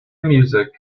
music